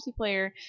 multiplayer